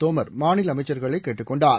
தோமர் மாநிலஅமைச்சர்களைகேட்டுக் கொண்டார்